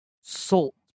salt